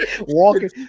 Walking